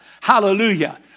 hallelujah